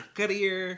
career